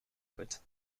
côtes